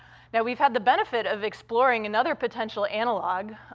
now, we've had the benefit of exploring another potential analogue,